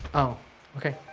oh okay.